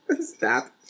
Stop